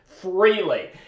freely